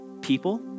people